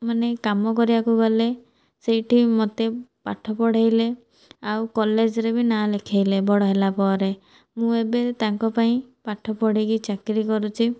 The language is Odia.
ମାନେ କାମ କରିବାକୁ ଗଲେ ସେଇଠି ମୋତେ ପାଠ ପଢ଼ାଇଲେ ଆଉ କଲେଜରେ ବି ନାଁ ଲେଖାଇଲେ ବଡ଼ ହେଲା ପରେ ମୁଁ ଏବେ ତାଙ୍କ ପାଇଁ ପାଠ ପଢ଼ିକି ଚାକିରି କରୁଛି